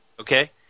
Okay